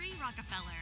Rockefeller